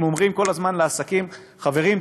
אנחנו אומרים כל הזמן לעסקים: חברים,